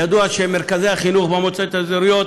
ידוע שמרכזי החינוך במועצות האזוריות